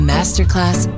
Masterclass